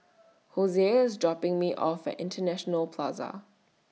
Hosea IS dropping Me off At International Plaza